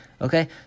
Okay